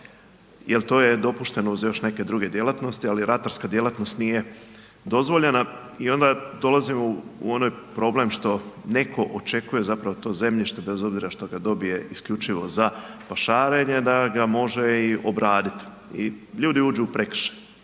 jer to je dopušteno uz još neke druge djelatnosti, ali ratarska djelatnost nije dozvoljena i onda dolazimo u onaj problem što netko očekuje zapravo to zemljište bez obzira što ga dobije isključivo za pašarenje da ga može i obraditi i ljudi uđu u prekršaj.